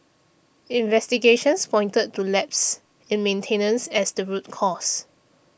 investigations pointed to lapses in maintenance as the root cause